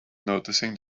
noticing